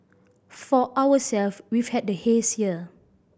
for ourselves we've had the haze year